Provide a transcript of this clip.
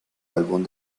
álbum